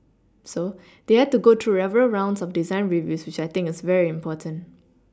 so they had to go through several rounds of design reviews which I think is very important